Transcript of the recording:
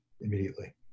immediately